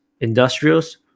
industrials